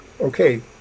okay